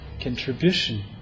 contribution